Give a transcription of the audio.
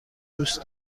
دوست